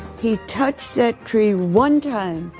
he touched that tree one time,